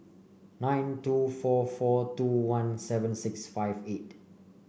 nine two four four two one seven six five eight